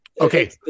Okay